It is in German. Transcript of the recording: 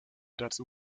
dazu